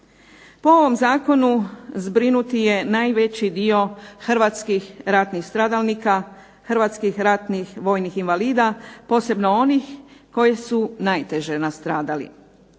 Po ovom zakonu zbrinuti je najveći dio hrvatskih ratnih stradalnika, hrvatskih ratnih vojnih invalida, posebno onih koji su najteže nastradali.